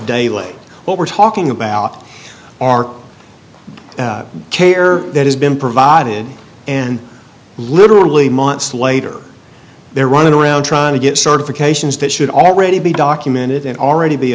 late what we're talking about are care that has been provided and literally months later they're running around trying to get certifications that should already be documented and already be